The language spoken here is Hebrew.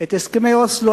את הסכמי אוסלו,